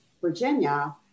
Virginia